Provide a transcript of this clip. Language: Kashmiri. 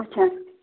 اچھا